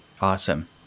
Awesome